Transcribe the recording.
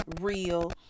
real